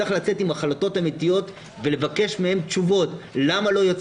צריך לצאת עם החלטות אמיתיות ולבקש מהם תשובות למה לא יוצא